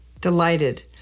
Delighted